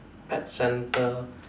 pet center